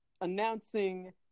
announcing